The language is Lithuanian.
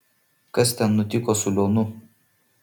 kas ten nutiko su lionu